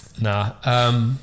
nah